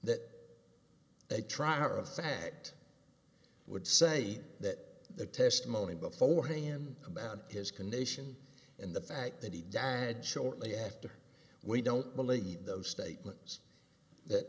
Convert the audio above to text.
that they try to fact i would say that the testimony before him about his condition and the fact that he died shortly after we don't believe those statements that